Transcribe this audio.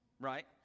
right